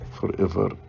forever